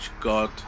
God